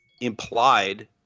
implied